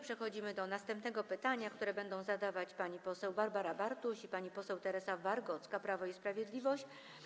Przechodzimy do następnego pytania, które będą zadawać pani poseł Barbara Bartuś i pani poseł Teresa Wargocka, Prawo i Sprawiedliwość.